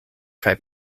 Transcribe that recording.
kaj